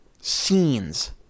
scenes